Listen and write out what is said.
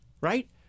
right